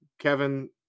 Kevin